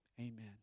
Amen